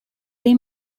dei